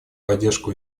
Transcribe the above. поддержку